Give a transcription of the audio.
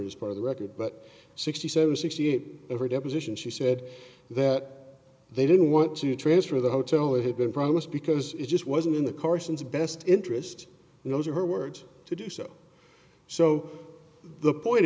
as part of the record but sixty seven sixty eight over deposition she said that they didn't want to transfer the hotel that had been promised because it just wasn't in the carson's best interest and those are her words to do so so the point